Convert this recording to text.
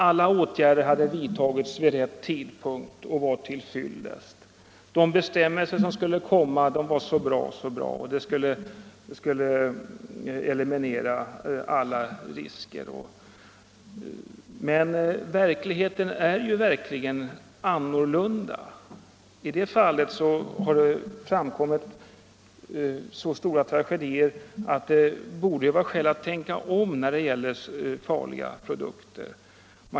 Alla åtgärder hade vidtagits vid rätt tidpunkt och var till fyllest. De bestämmelser som skulle komma var så bra och skulle eliminera alla risker. Men verkligheten är annorlunda. Det har hänt så stora tragedier att det finns skäl att tänka om när det gäller farliga produkter.